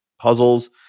puzzles